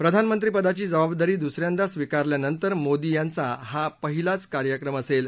प्रधानमंत्रीपदाची जबाबदारी दुसऱ्यांदा स्वीकारल्यानंतर मोदी यांचा हा पहिलाच कार्यक्रम असेल